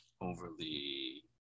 overly